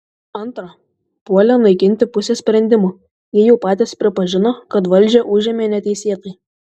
antra puolę naikinti pusę sprendimo jie jau patys pripažino kad valdžią užėmė neteisėtai